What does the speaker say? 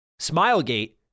smilegate